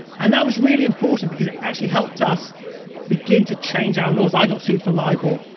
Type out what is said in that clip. and that was really important because it actually helped us begin to change our laws. i got sued for libel,